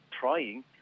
trying